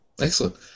Excellent